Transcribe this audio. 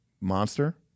monster